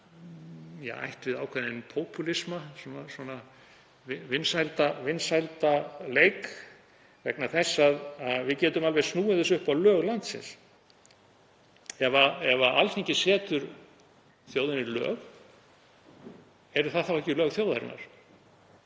Þetta er í ætt við ákveðinn popúlisma, svona vinsældaleik, vegna þess að við getum alveg snúið þessu upp á lög landsins. Ef Alþingi setur þjóðinni lög, eru það þá ekki lög þjóðarinnar?